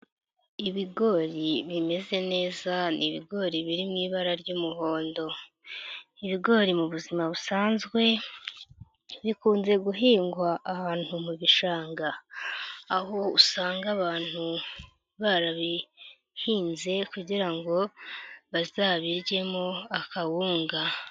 Ibigori bimeze neza ni ibigori biri mu ibara ry'umuhondo, ibigori mu buzima busanzwe bikunze guhingwa ahantu mu bishanga, aho usanga abantu barabihinze kugira ngo bazabiryemo akawunga.